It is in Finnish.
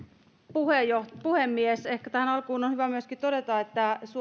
puhemies puhemies ehkä tähän alkuun on hyvä myöskin todeta että